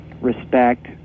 respect